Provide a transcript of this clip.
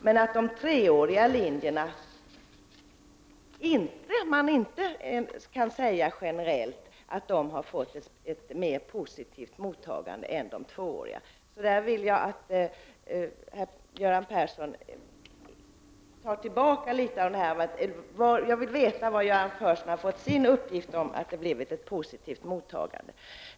Men man kan inte generellt säga att de treåriga linjerna har fått ett mer positivt mottagande än de tvååriga. Jag vill därför veta varifrån Göran Persson har fått sina uppgifter om att dessa linjer har fått ett positivt mottagande.